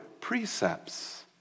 precepts